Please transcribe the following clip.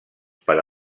per